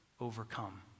overcome